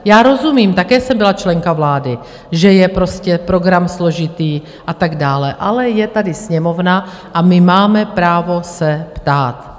Já rozumím také jsem byla členka vlády že je prostě program složitý a tak dále, ale je tady Sněmovna a my máme právo se ptát.